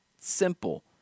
simple